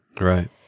Right